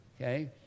Okay